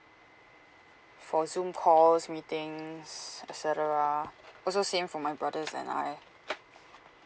for zoom calls meetings et cetera also same for my brothers and I